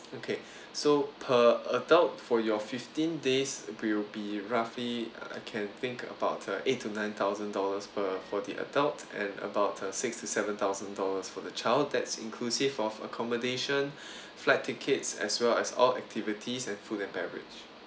okay so per adult for your fifteen days it would be roughly I can think about uh eight to nine thousand dollars per for the adult and about uh six to seven thousand dollars for the child that's inclusive of accommodation flight tickets as well as all activities and food and beverage